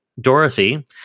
Dorothy